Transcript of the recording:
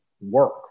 work